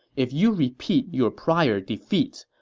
if you repeat your prior defeats,